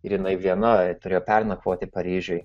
ir jinai viena turėjo pernakvoti paryžiuj